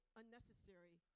unnecessary